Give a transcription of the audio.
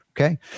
Okay